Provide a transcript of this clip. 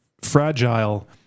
fragile